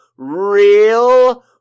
real